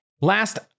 Last